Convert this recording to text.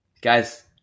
Guys